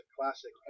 classic